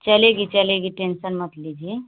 चलेगी चलेगी टेन्सन मत लीजिए